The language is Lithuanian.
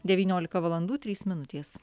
devyniolika valandų trys minutės